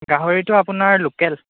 গাহৰিটো আপোনাৰ লোকেল